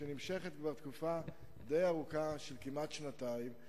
שנמשכת כבר תקופה די ארוכה של כמעט שנתיים,